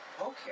Okay